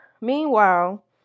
Meanwhile